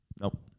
Nope